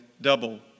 double